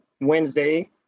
Wednesday